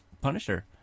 Punisher